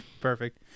Perfect